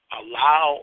allow